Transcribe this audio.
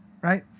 right